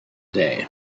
day